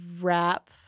wrap